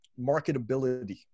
marketability